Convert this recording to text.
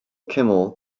kimmel